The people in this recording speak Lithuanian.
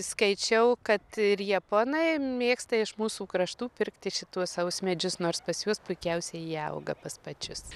skaičiau kad ir japonai mėgsta iš mūsų kraštų pirkti šituos sausmedžius nors pas juos puikiausiai jie auga pas pačius